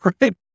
Right